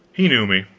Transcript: he knew me.